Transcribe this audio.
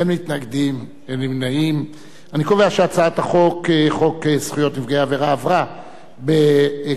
ההצעה להעביר את הצעת חוק זכויות נפגעי עבירה (תיקון,